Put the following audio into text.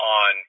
on